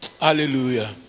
Hallelujah